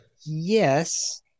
yes